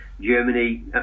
Germany